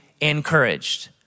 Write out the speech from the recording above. encouraged